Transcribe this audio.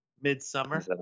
Midsummer